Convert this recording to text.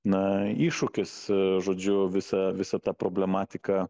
na iššūkis žodžiu visa visa ta problematika